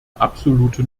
absolute